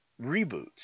reboots